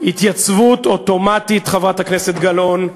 איזו עליבות,